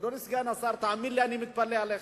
אדוני סגן השר, תאמין לי, אני מתפלא עליך.